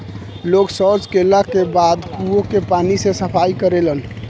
लोग सॉच कैला के बाद कुओं के पानी से सफाई करेलन